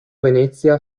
venezia